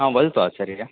हा वदन्तु आचार्य